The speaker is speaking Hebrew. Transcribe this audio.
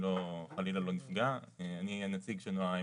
זה עדיף להגיד מאשר 'יש למשרדים